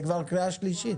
זה כבר קריאה שלישית.